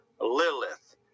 Lilith